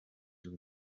zacu